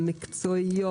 המקצועיות,